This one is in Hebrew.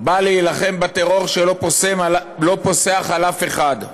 בא להילחם בטרור, שלא פוסח על אף אחד: